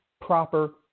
proper